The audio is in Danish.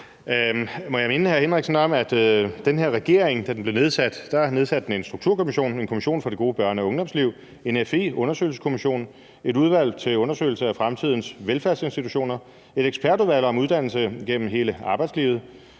Henriksen om, at den her regering, efter at den var dannet, nedsatte en strukturkommission; en kommission for det gode børne- og ungdomsliv; en FE-undersøgelseskommission; et udvalg til undersøgelse af fremtidens velfærdsinstitutioner; et ekspertudvalg om uddannelse gennem hele arbejdslivet;